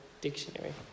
dictionary